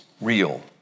real